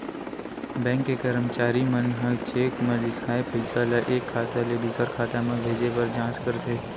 bank के करमचारी मन ह चेक म लिखाए पइसा ल एक खाता ले दुसर खाता म भेजे बर जाँच करथे